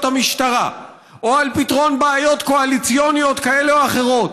המשטרה או על פתרון בעיות קואליציוניות כאלה ואחרות,